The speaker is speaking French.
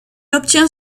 obtient